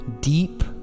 deep